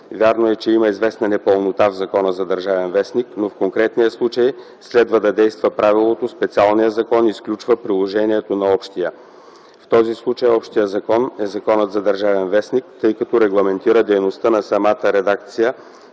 Вярно е, че има известна непълнота в Закона за „Държавен вестник”, но в конкретния случай следва да действа правилото „специалният закон изключва приложението на общия”. В този случай общият закон е Законът за „Държавен вестник”, тъй като регламентира дейността на самата редакция